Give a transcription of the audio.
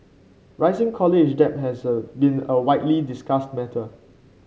rising college debt has been a widely discussed matter